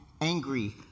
angry